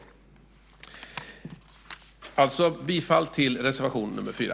Jag yrkar alltså bifall till reservation 4.